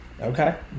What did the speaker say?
okay